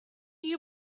you